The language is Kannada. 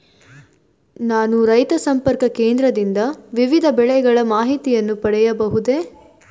ನಾನು ರೈತ ಸಂಪರ್ಕ ಕೇಂದ್ರದಿಂದ ವಿವಿಧ ಬೆಳೆಗಳ ಮಾಹಿತಿಯನ್ನು ಪಡೆಯಬಹುದೇ?